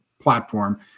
platform